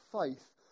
faith